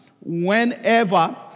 Whenever